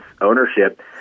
ownership